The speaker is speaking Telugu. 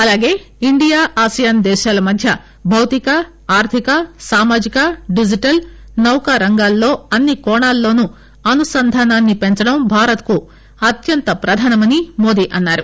అలాగే ఇండియా ఆసియాన్ దేశాల మధ్య భౌతిక ఆర్థిక సామాజిక డిజిటల్ నౌకా రంగాల్లో అన్ని కోణాల్లోనూ అనుసంధానాన్ని పెంచడం భారత్ కు అత్యధిక ప్రధానమని మోద అన్నారు